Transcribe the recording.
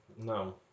no